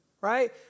right